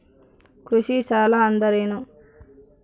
ಕೃಷಿ ಸಾಲ ಅಂದರೇನು?